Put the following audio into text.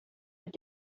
het